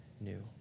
new